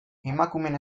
emakumeen